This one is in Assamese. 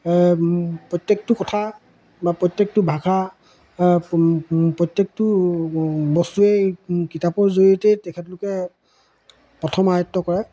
প্ৰত্যেকটো কথা বা প্ৰত্যেকটো ভাষা প্ৰত্যেকটো বস্তুৱেই কিতাপৰ জৰিয়তেই তেখেতলোকে প্ৰথম আয়ত্ত কৰে